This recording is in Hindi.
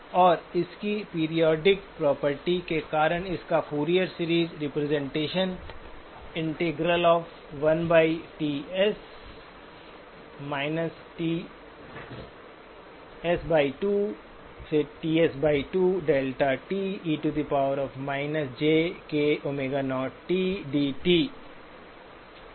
और इसकी पीरिऑडिक प्रॉपर्टी के कारण इसका फूरियर सीरीज़ रिप्रजेंटेशन कर सकते